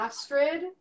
Astrid